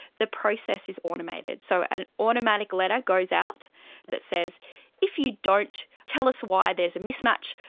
the process is automated. so an automatic letter goes out that says if you don't tell us why there is a mismatch,